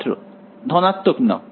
ছাত্র ধনাত্মক নাও